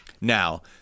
Now